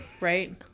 right